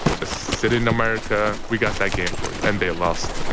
just sit in america. we've got that game for you. and they lost.